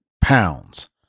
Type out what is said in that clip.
pounds